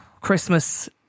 Christmas